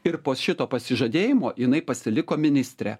ir po šito pasižadėjimo jinai pasiliko ministre